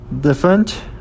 Different